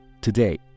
today